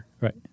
Right